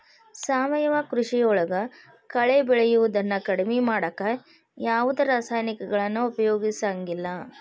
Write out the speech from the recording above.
ಸಾವಯವ ಕೃಷಿಯೊಳಗ ಕಳೆ ಬೆಳಿಯೋದನ್ನ ಕಡಿಮಿ ಮಾಡಾಕ ಯಾವದ್ ರಾಸಾಯನಿಕಗಳನ್ನ ಉಪಯೋಗಸಂಗಿಲ್ಲ